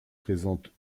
présente